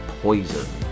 Poison